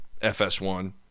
FS1